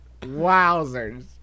Wowzers